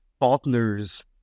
partners